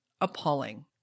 appalling